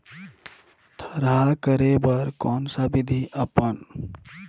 थरहा करे बर कौन सा विधि अपन?